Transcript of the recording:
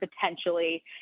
potentially